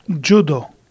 judo